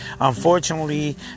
Unfortunately